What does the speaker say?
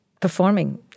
performing